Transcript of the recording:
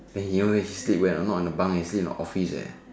then you know where he sleep where not in the bunk sleep at the office eh